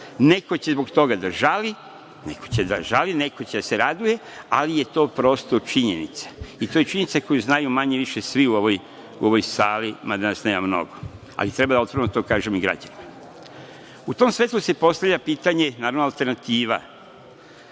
Neko će da žali, neko će da se raduje, ali je to prosto činjenica i to je činjenica koju znaju manje-više svi u ovoj sali, mada nas nema mnogo, ali treba otvoreno to da kažem i građanima.U tom svetlu se postavlja pitanje, naravno, alternativa.